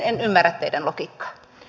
en ymmärrä teidän logiikkaanne